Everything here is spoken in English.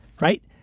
right